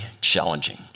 challenging